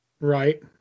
Right